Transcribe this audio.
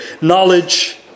knowledge